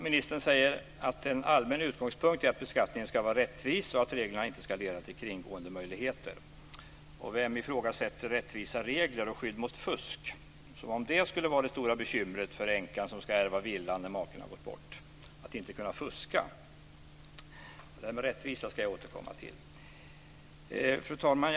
Ministern säger att en allmän utgångspunkt är att beskattningen ska vara rättvis och att reglerna inte ska leda till kringgåendemöjligheter. Vem ifrågasätter rättvisa regler och skydd mot fusk? Att inte kunna fuska är inte det stora bekymret för änkan som ska ärva villan när maken har gått bort. Rättvisa ska jag återkomma till. Fru talman!